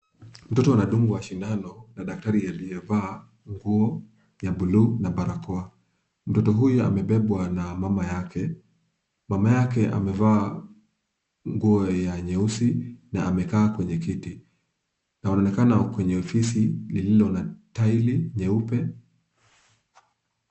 Mtoto anadungwa sindano na daktari aliyevaa nguo ya bluu na barakoa. Mtoto huyu amebebwa na mama yake. Mama yake amevaa nguo ya nyeusi na amekaa kwenye kiti na wanaonekana wako kwenye ofisi lililo na tiles nyeupe.